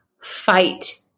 fight